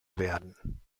werden